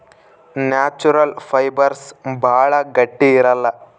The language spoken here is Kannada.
ನ್ಯಾಚುರಲ್ ಫೈಬರ್ಸ್ ಭಾಳ ಗಟ್ಟಿ ಇರಲ್ಲ